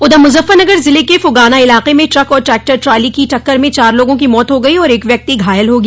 उधर मुजफ्फरनगर जिले के फुगाना इलाक में ट्रक और ट्रैक्टर ट्राली की टक्कर में चार लोगों की मौत हो गई और एक व्यक्ति घायल हो गया